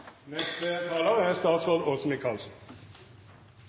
Neste taler er